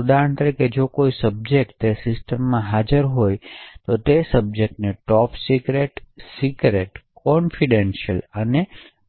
ઉદાહરણ તરીકે જો કોઈ સબ્જેક્ટ તે સિસ્ટમમાં હાજર હોય તો તે સબ્જેક્ટને ટોપ સિક્રેટ સિક્રેટ કોન્ફિડેંસિયલ અને